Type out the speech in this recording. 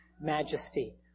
majesty